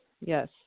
yes